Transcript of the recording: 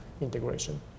integration